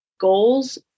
goals